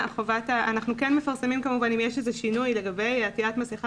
אנחנו כן מפרסמים כמובן אם יש איזה שינוי לגבי עטיית מסכה